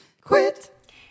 Quit